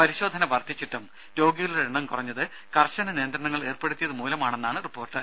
പരിശോധന വർദ്ധിച്ചിട്ടും രോഗികളുടെ എണ്ണം കുറഞ്ഞത് കർശന നിയന്ത്രണങ്ങൾ ഏർപ്പെടുത്തിയതു മൂലമാണെന്നാണ് റിപ്പോർട്ട്